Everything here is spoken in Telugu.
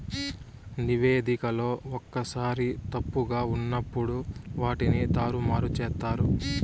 నివేదికలో ఒక్కోసారి తప్పుగా ఉన్నప్పుడు వాటిని తారుమారు చేత్తారు